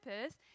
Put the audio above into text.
purpose